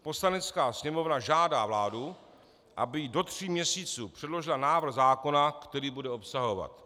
Poslanecká sněmovna žádá vládu, aby jí do tří měsíců předložila návrh zákona, který bude obsahovat: